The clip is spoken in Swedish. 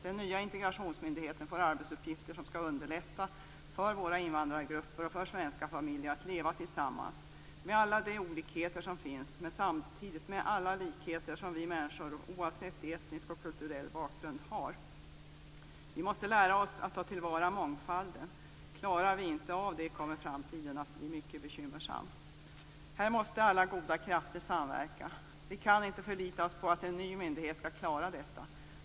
Den nya integrationsmyndigheten får arbetsuppgifter som skall underlätta för våra invandrargrupper och för svenska familjer att leva tillsammans med alla de olikheter som finns, men samtidigt med alla likheter som vi människor har, oavsett etnisk och kulturell bakgrund. Vi måste lära oss att ta till vara mångfalden. Klarar vi inte av det, kommer framtiden att bli mycket bekymmersam. Här måste alla goda krafter samverka. Vi kan inte förlita oss på att en ny myndighet skall klara detta.